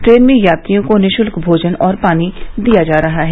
train में यात्रियों को निःशुल्क भोजन और पानी दिया जा रहा है